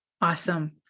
Awesome